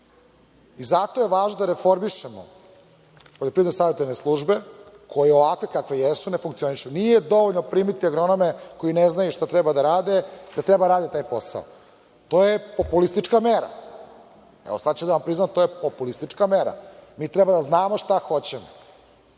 Zato je važno da reformišemo poljoprivredne savetodavne službe, koje ovakve kakve jesu ne funkcionišu. Nije dovoljno primiti agronome koji ne znaju šta treba da rade, da treba da rade taj posao. To je populistička mera. Evo, sad ću da vam priznam, to je populistička mera. Mi treba da znamo šta hoćemo.